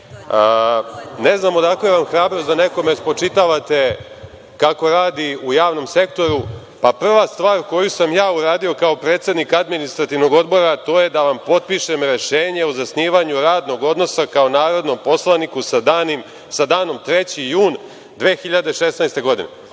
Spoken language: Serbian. znam odakle vam hrabrost da nekome spočitavate kako radi u javnom sektoru. Pa, prva stvar koju sam ja uradio kao predsednik Administrativnog odbora, to je da vam potpišem rešenje o zasnivanju radnog odnosa kao narodnom poslaniku sa danom 3. jun 2016. godine.